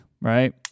right